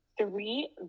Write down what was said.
three